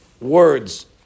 words